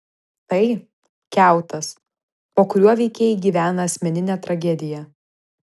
tai kiautas po kuriuo veikėjai gyvena asmeninę tragediją